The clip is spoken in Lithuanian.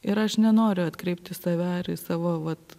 ir aš nenoriu atkreipt į save ar į savo vat